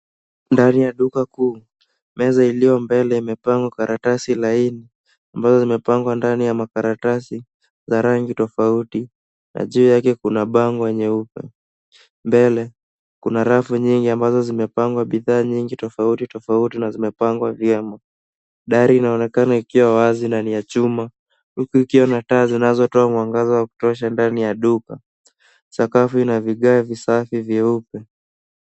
Ndani ya duka kuu, meza iliyo mbele imepangwa karatasi laini ambazo zimepangwa ndani ya makaratasi za rangi tofauti na juu yake kuna bango nyeupe. Mbele, kuna rafu nyingi ambazo zimepangwa bidhaa nyingi tofauti tofauti na zimepangwa vyema. Dari inaonekana ikiwa wazi na ni ya chuma huku ikiwa na taa zinazotoa mwangaza wa kutosha ndani ya duka. Sakafu ina vigae visafi vyeupe.